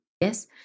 yes